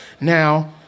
Now